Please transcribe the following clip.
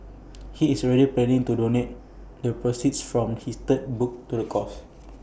he is already planning to donate the proceeds from his third book to the cause